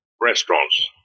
restaurants